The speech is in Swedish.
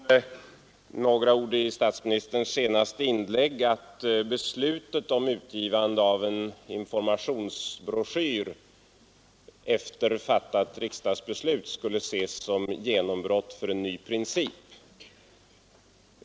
Herr talman! Det förekom några ord i statsministerns senaste inlägg att beslutet om utgivande av en informationsbroschyr efter fattat riksdagsbeslut skulle ses som genombrott för en ny princip.